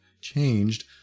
changed